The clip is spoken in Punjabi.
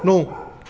ਨੌ